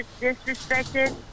disrespected